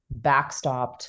backstopped